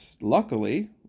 luckily